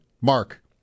Mark